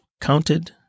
counted